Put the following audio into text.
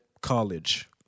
college